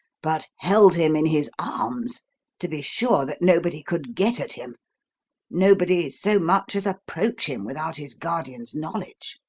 but held him in his arms to be sure that nobody could get at him nobody so much as approach him without his guardian's knowledge!